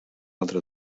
altra